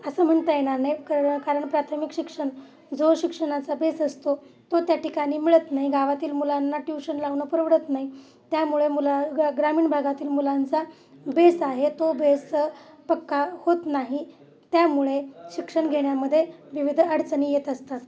असं म्हणता येणार नाही कारण कारण प्राथमिक शिक्षण जो शिक्षणाचा बेस असतो तो त्या ठिकाणी मिळत नाही गावातील मुलांना ट्यूशन लावणं परवडत नाही त्यामुळे मुला ग ग्रामीण भागातील मुलांचा बेस आहे तो बेस पक्का होत नाही त्यामुळे शिक्षण घेण्यामध्ये विविध अडचणी येत असतात